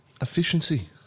efficiency